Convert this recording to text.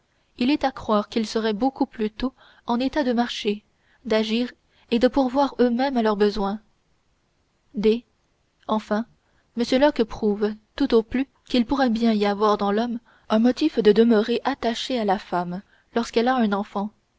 il est à croire qu'ils seraient beaucoup plus tôt en état de marcher d'agir et de pourvoir eux-mêmes à leurs besoins d enfin m locke prouve tout au plus qu'il pourrait bien y avoir dans l'homme un motif de demeurer attaché à la femme lorsqu'elle a un enfant